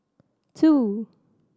two